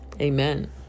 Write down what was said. Amen